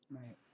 Right